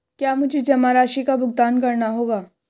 क्या मुझे जमा राशि का भुगतान करना होगा?